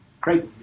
Great